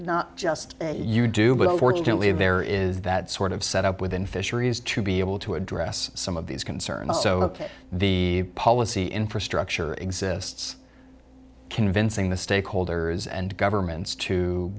not just you do but unfortunately if there is that sort of set up within fisheries to be able to address some of these concerns so look at the policy infrastructure exists convincing the stakeholders and governments to